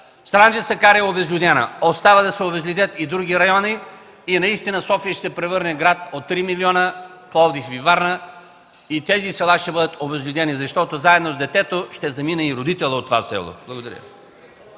Странджа-Сакар е обезлюдена, остава да се обезлюдят и други райони и наистина София ще се превърне в град от три милиона, Пловдив и Варна също! Такива села ще бъдат обезлюдени, защото заедно с детето, ще замине и родителят от това село. Благодаря